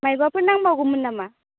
मायबाफोर नांबावगौमोन नामा